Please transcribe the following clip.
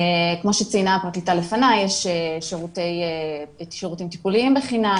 כמו שציינה הפרקליטה לפני יש שירותים טיפוליים בחינם,